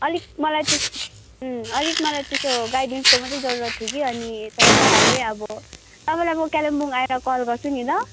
अलिक मलाई त्यो अलिक मलाई त्यसको गाइडेन्सको मात्रै जरुरत थियो कि अनि चाल पाइहालेँ अब तपाईँलाई म कालिम्पोङ आएर कल गर्छु नि ल